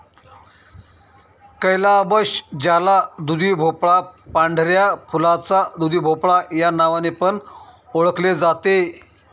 calabash ज्याला दुधीभोपळा, पांढऱ्या फुलाचा दुधीभोपळा या नावाने पण ओळखले जाते